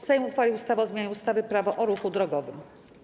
Sejm uchwalił ustawę o zmianie ustawy - Prawo o ruchu drogowym.